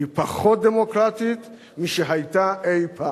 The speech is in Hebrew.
היא פחות דמוקרטית משהיתה אי-פעם.